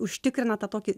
užtikrina tą tokį